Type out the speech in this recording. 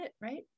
right